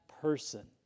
person